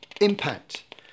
impact